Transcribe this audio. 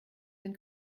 den